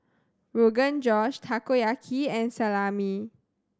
Rogan Josh Takoyaki and Salami